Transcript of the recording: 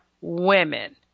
women